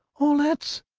oh, let's!